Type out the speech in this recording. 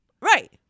Right